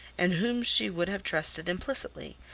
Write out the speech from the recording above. and whom she would have trusted implicitly,